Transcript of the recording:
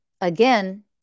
Again